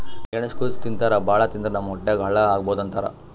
ಗೆಣಸ್ ಕುದಸಿ ತಿಂತಾರ್ ಭಾಳ್ ತಿಂದ್ರ್ ನಮ್ ಹೊಟ್ಯಾಗ್ ಹಳ್ಳಾ ಆಗಬಹುದ್ ಅಂತಾರ್